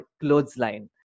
Clothesline